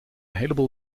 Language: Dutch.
heleboel